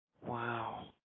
Wow